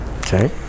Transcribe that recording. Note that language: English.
Okay